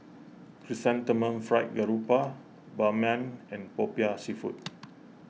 Chrysanthemum Fried Garoupa Ban Mian and Popiah Seafood